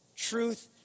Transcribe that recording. Truth